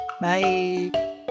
bye